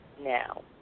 now